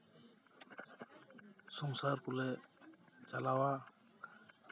ᱥᱚᱝᱥᱟᱨ ᱠᱚᱞᱮ ᱪᱟᱞᱟᱣᱟ